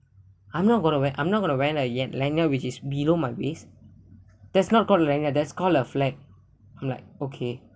I'm not going to wear I'm not going to wear a lanyard which is below my waist that's not called lanyard that's called a flex